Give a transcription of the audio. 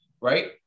right